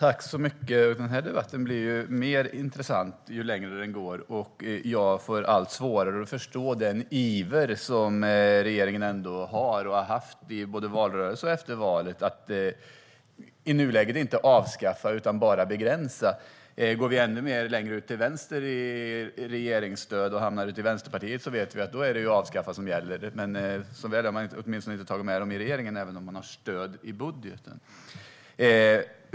Herr talman! Den här debatten blir mer intressant ju längre den pågår. Jag får allt svårare att förstå den iver som regeringen ändå har och har haft både i valrörelse och efter valet när det gäller att i nuläget inte avskaffa utan bara begränsa. Går vi ännu längre ut till vänster i fråga om regeringsstöd hamnar vi i Vänsterpartiet. Då vet vi att det är att avskaffa som gäller. Som väl är har man åtminstone inte tagit med dem i regeringen även om man har stöd i budgeten.